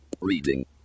reading